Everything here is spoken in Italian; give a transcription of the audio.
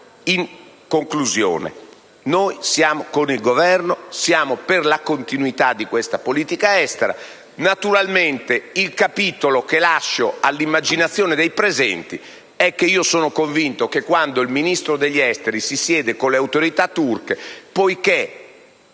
In conclusione, noi siamo con il Governo e per la continuità di questa politica estera. Naturalmente, il capitolo che lascio all'immaginazione dei presenti è che sono convinto e sicuro che quando il Ministro degli affari esteri si siederà con le autorità turche, poiché